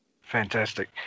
Fantastic